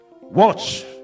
Watch